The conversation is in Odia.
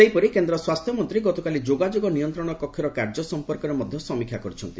ସେହିପରି କେନ୍ଦ୍ର ସ୍ୱାସ୍ଥ୍ୟ ମନ୍ତ୍ରୀ ଗତକାଲି ଯୋଗାଯୋଗ ନିୟନ୍ତ୍ରଣ କକ୍ଷର କାର୍ଯ୍ୟ ସମ୍ପର୍କରେ ମଧ୍ୟ ସମୀକ୍ଷା କରିଛନ୍ତି